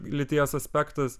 lyties aspektas